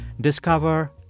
Discover